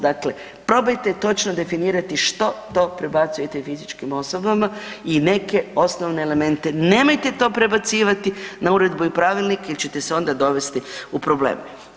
Dakle, probajte točno definirati što to prebacujete i fizičkim osobama i neke osnovne elemente, nemojte to prebacivati na uredbu i pravilnike jer će te onda dovesti u problem.